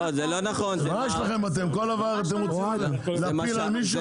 מה יש לכם, כל דבר אתם רוצים להפיל על מישהו?